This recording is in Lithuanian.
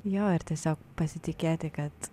jo ir tiesiog pasitikėti kad